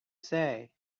say